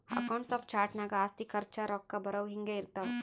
accounts of charts ನಾಗ್ ಆಸ್ತಿ, ಖರ್ಚ, ರೊಕ್ಕಾ ಬರವು, ಹಿಂಗೆ ಇರ್ತಾವ್